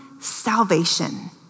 salvation